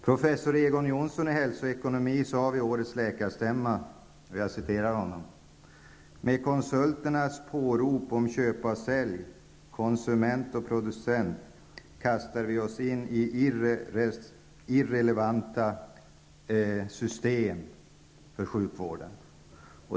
Egon Jonsson, professor i hälsoekonomi, sade vid årets läkarstämma: Med konsulternas pårop om köpa och sälja, konsument och producent, kastar vi oss in i irrelevanta system för sjukvården.